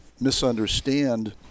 misunderstand